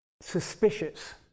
suspicious